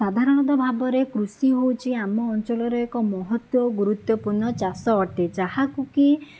ସାଧାରଣତଃ ଭାବରେ କୃଷି ହେଉଛି ଆମ ଅଞ୍ଚଳରେ ଏକ ମହତ୍ତ୍ୱ ଗୁରୁତ୍ୱପୂର୍ଣ୍ଣ ଚାଷ ଅଟେ ଯାହାକୁ କି